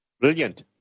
Brilliant